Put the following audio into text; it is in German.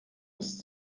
ist